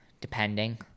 depending